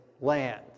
land